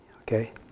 okay